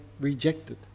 rejected